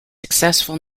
successful